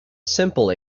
simple